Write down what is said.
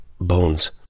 Bones